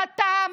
חתם,